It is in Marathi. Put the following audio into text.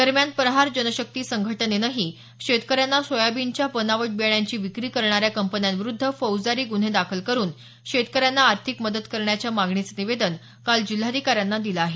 दरम्यान प्रहार जनशक्ती संघटनेनंही शेतकऱ्यांना सोयाबीनच्या बनावट बियाण्यांची विक्री करणाऱ्या कंपन्यांविरूद्ध फौजदारी गुन्हे दाखल करून शेतकऱ्यांना आर्थिक मदत करण्याच्या मागणीचं निवेदन काल जिल्हाधिकाऱ्यांना दिलं आहे